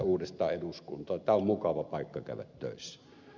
tämä on mukava paikka käydä töissä